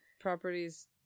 properties